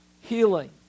healing